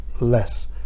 less